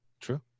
true